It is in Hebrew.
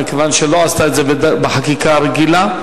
מכיוון שהיא לא עשתה את זה בחקיקה רגילה,